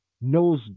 knows